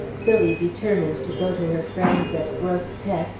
phillie determined to go to her friends at grosse tete,